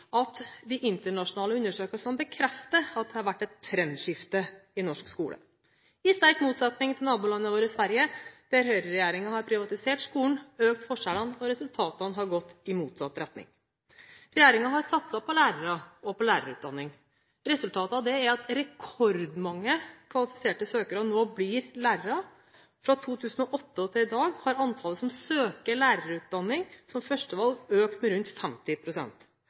at de internasjonale undersøkelsene bekrefter at det har vært et trendskifte i norsk skole – i sterk motsetning til nabolandet vårt Sverige, der Høyre-regjeringen har privatisert skolen, økt forskjellene, og resultatene har gått i motsatt retning. Regjeringen har satset på lærere og på lærerutdanning. Resultatet av det er at rekordmange kvalifiserte søkere nå blir lærere. Fra 2008 til i dag har antallet som søker lærerutdanning som førstevalg, økt med rundt